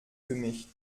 gemischt